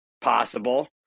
possible